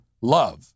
love